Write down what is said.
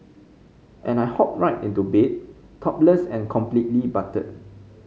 and I hop right into bed topless and completely buttered